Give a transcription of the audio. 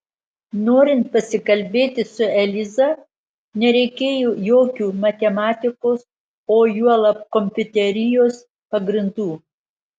norint pasikalbėti su eliza nereikėjo jokių matematikos o juolab kompiuterijos pagrindų